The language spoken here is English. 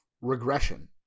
regression